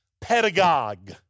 pedagogue